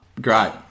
Great